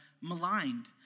maligned